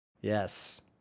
yes